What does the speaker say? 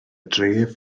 dref